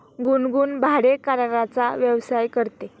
गुनगुन भाडेकराराचा व्यवसाय करते